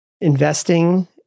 investing